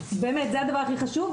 באמת, זה הדבר הכי חשוב.